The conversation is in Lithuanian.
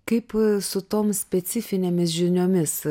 kaip su tom specifinėmis žiniomis